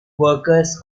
workers